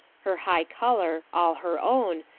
her high color, all her own,